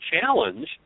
challenge